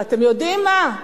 ואתם יודעים מה?